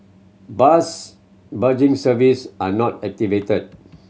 bus bridging service are not activated